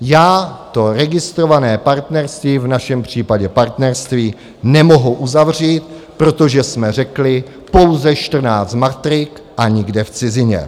Já to registrované partnerství, v našem případě partnerství, nemohu uzavřít, protože jsme řekli pouze čtrnáct matrik a nikde v cizině.